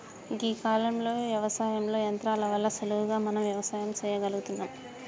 గీ కాలంలో యవసాయంలో యంత్రాల వల్ల సులువుగా మనం వ్యవసాయం సెయ్యగలుగుతున్నం